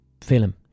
film